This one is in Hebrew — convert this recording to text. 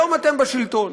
היום אתם בשלטון,